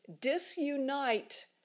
disunite